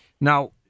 Now